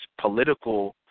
political